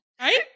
Right